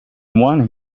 one